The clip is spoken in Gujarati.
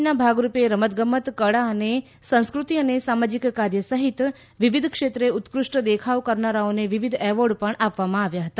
ઉજવણીના ભાગ રૂપે રમતગમત કળા અને સંસ્કૃતિ અને સામાજિક કાર્ય સહિત વિવિધ ક્ષેત્રે ઉત્કૃષ્ટ દેખાવ કરનારાઓને વિવિધ એવોર્ડ પણ આપવામાં આવ્યા હતા